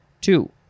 Two